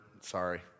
sorry